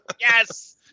yes